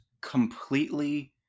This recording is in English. completely